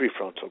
prefrontal